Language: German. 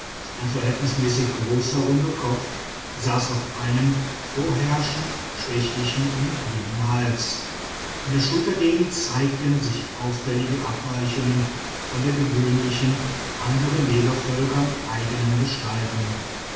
ein verhältnismäßig großer runder kopf saß auf einem vorherrschend schwächlichen und dünnen hals in der schultergegend zeigten sich auffällige abweichungen von der gewöhnlichen andern negervölkern eigenen gestaltung